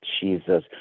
Jesus